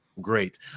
great